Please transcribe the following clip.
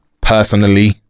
Personally